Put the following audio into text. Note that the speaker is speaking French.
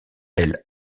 elle